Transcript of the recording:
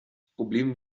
problem